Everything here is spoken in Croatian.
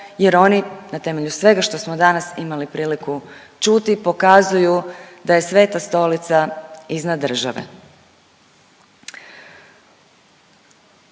jer oni na temelju svega što smo danas imali priliku čuti pokazuju da je Sveta Stolica iznad države.